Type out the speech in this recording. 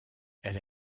elle